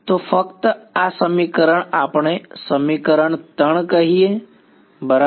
તો ફક્ત આ સમીકરણ આપણે સમીકરણ 3 કહીએ બરાબર